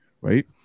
right